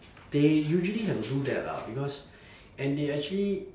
they usually have to do that lah because and they actually